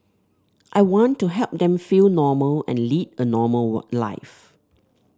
I want to help them feel normal and lead a normal war life